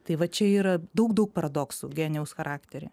tai va čia yra daug daug paradoksų genijaus charaktery